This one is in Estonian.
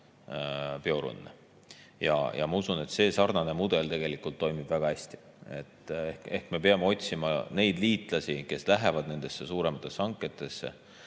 PIORUN‑e. Ma usun, et selline mudel tegelikult toimib väga hästi. Me peame otsima neid liitlasi, kes lähevad nendesse suurematesse hangetesse,